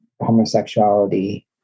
homosexuality